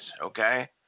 Okay